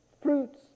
fruits